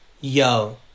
yo